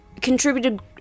contributed